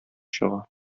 чыга